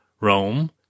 Rome